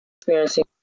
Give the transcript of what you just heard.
experiencing